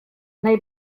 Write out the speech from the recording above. nahi